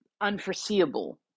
unforeseeable